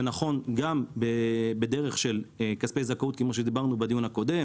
זה נכון גם בדרך של כספי זכאות כמו שדיברנו בדיון הקודם.